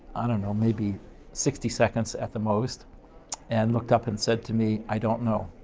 i don't know, maybe sixty seconds at the most and looked up and said to me, i don't know.